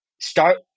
start